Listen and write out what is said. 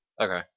Okay